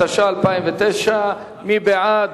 התש"ע 2009. מי בעד?